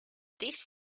this